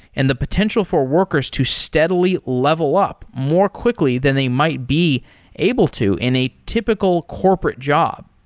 and the potential for workers to steadily level up more quickly than they might be able to in a typical corporate job.